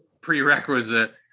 prerequisite